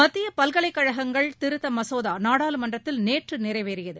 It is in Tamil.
மத்தியபல்கலைக்கழகங்கள் திருத்தமசோதாநாடாளுமன்றத்தில் நேற்றுநிறைவேறியது